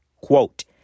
Quote